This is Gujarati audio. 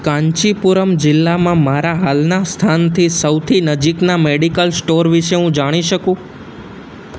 કાંચીપુરમ જિલ્લામાં મારા હાલના સ્થાનથી સૌથી નજીકના મેડિકલ સ્ટોર વિશે હું જાણી શકું